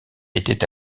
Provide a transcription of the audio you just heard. était